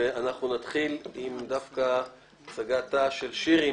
ואנחנו נתחיל עם דווקא הצגתה של שירי,